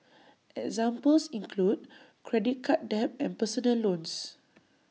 examples include credit card debt and personal loans